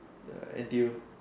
uh N_T_U